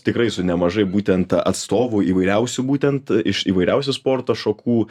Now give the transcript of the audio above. tikrai su nemažai būtent atstovų įvairiausių būtent iš įvairiausių sporto šakų